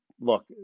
look